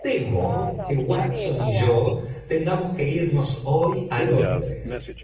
temo que watson y yo tengamos que irnos hoy á londres a